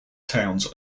towns